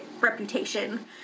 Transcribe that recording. reputation